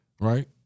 Right